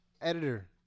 Editor